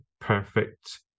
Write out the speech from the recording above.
perfect